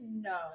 no